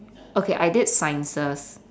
okay I did sciences